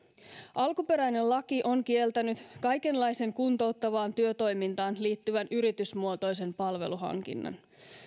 alkuperäinen laki on kieltänyt kaikenlaisen kuntouttavaan työtoimintaan liittyvän yritysmuotoisen palveluhankinnan